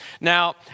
Now